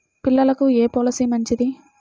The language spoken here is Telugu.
పిల్లలకు ఏ పొలసీ మంచిది?